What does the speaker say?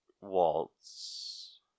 Waltz